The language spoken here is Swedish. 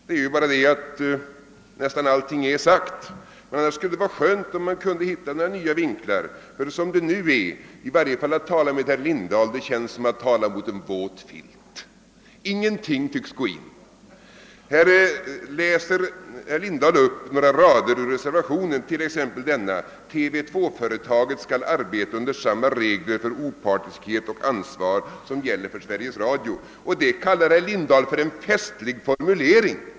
Det är bara så, att nästan allting är sagt, men annars skulle det vara skönt om man kunde hitta några nya infallsvinklar. Som det nu är känns det som om man talade mot en våt filt då man talar med herr Lindahl. Ingenting tycks gå in. Här läser herr Lindahl upp några rader ur reservationen 1: »TV 2-företaget skall arbeta under samma regler för opartiskhet och ansvar som gäller för Sveriges Radio.» Detta kallar herr Lindahl för en festlig formulering.